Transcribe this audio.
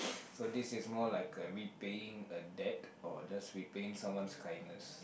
so this is more like a repaying a debt or just repaying someone's kindness